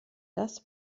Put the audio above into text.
das